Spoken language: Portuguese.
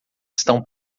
estão